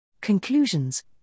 Conclusions